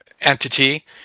entity